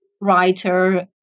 writer